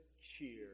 cheer